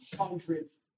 hundreds